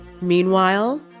Meanwhile